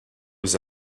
his